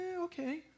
okay